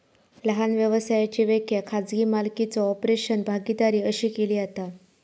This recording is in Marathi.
लहान व्यवसायाची व्याख्या खाजगी मालकीचो कॉर्पोरेशन, भागीदारी अशी केली जाता